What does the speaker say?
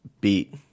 beat